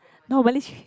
no but least